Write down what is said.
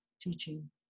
teaching